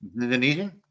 Indonesian